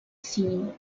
scene